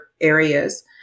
areas